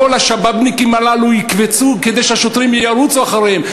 כל השבבניקים הללו יקפצו כדי שהשוטרים ירוצו אחריהם.